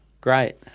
Great